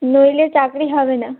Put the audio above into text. নইলে চাকরি হবে না